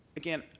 again,